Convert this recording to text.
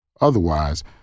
Otherwise